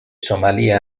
somalia